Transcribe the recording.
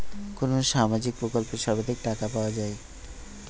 কোন সামাজিক প্রকল্পে সর্বাধিক টাকা পাওয়া য়ায়?